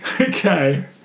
Okay